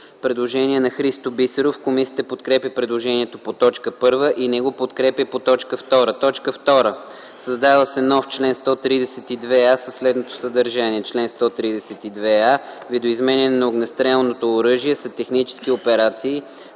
Предложение на Христо Бисеров. Комисията подкрепя предложението по т. 1 и не го подкрепя по т. 2. „2. Създава се нов чл. 132а със следното съдържание: „Чл. 132а. „Видоизменяне на огнестрелното оръжие” са технически операции,